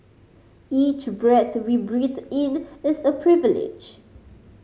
each breath we breathe in is a privilege